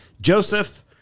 Joseph